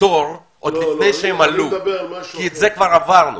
לתור עוד לפני שהם עלו, כי את זה כבר עברנו.